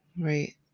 right